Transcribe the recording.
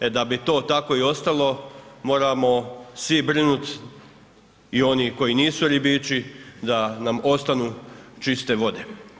E da bi to tako i ostalo moramo svi brinuti i oni koji nisu ribiči da nam ostanu čiste vode.